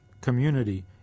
community